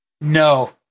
No